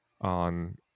on